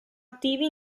attivi